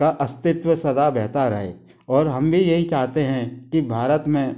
का अस्तित्व सदा बहता रहे और हम भी यही चाहते हैं कि भारत में